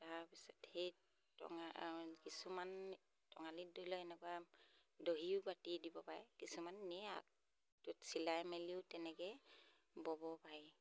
তাৰপিছত সেই টঙা কিছুমান টঙালিত দিলে এনেকুৱা দহিও পাতি দিব পাৰে কিছুমান নি আগত চিলাই মেলিও তেনেকৈ ব'ব পাৰি